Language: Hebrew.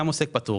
גם עוסק פטור,